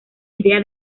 idea